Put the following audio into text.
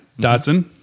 Dotson